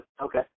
Okay